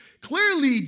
Clearly